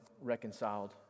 reconciled